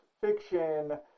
fiction